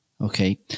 Okay